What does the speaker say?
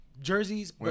Jerseys